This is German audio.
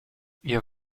ihr